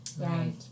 right